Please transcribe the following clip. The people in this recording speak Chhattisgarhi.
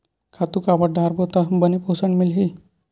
खातु काबर डारबो त बने पोषण मिलही?